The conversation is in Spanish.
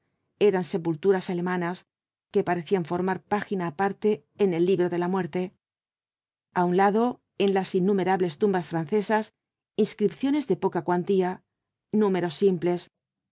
eran sepulturas alemanas que parecían formar página aparte en el libro de la muerte a un lado en las innumerables tumbas francesas inscripciones de poca cuantía números simples